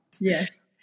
Yes